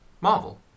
Marvel